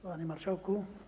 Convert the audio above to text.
Panie Marszałku!